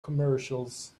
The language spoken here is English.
commercials